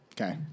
Okay